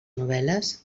novel·les